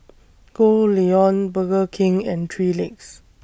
Goldlion Burger King and three Legs